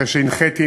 אחרי שהנחיתי,